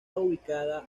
ubicada